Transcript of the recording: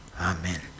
Amen